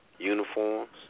Uniforms